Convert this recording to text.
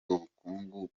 ubukungu